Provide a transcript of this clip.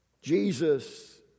Jesus